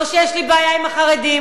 לא שיש לי בעיה עם החרדים,